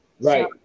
right